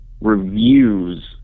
reviews